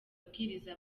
abwiriza